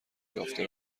یافته